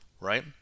right